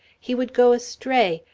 he would go astray,